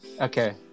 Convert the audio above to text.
okay